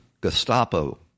Gestapo